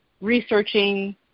researching